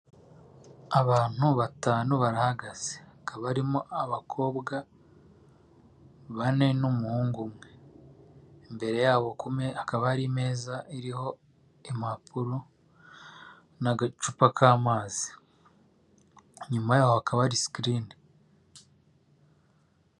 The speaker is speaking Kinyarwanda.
Abantu batanu barahagaze hakaba arimo abakobwa bane n'umuhungu umwe imbere yabo hakaba hari meza iriho impapuro n'acupa k'amazi nyuma yaho haba sikirini.